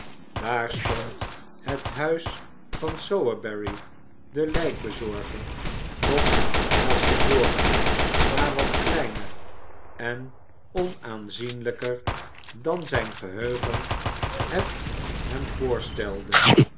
daar stond het huis van sowerberry den lijkbezorger nog als te voren maar wat kleiner en onaanzienlijker dan zijn geheugen het hem voorstelde